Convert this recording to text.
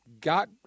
Got